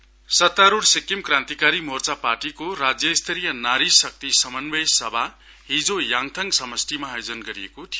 SKM SDF सत्तारूढ़ सिक्किम क्रान्तिकारी मोर्चा पार्टीको राज्य स्तरीय नारी शक्ति समन्वय सभा हिजो याङथाङ समष्टिमा आयोजना गरिएको थियो